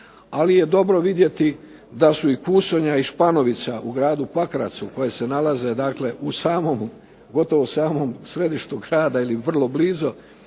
ali je dobro vidjeti da su i Kusonja i Španovica u gradu Pakracu koje se nalaze u samom, gotovo samom središtu grada ili vrlo blizu,